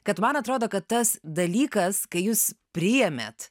kad man atrodo kad tas dalykas kai jūs priėmėt